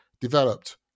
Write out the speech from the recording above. developed